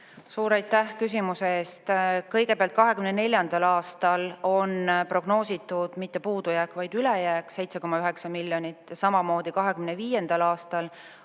Suur aitäh küsimuse eest! Kõigepealt, 2024. aastaks on prognoositud mitte puudujääk, vaid ülejääk 7,9 miljonit. Samamoodi 2025. aastaks